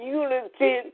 unity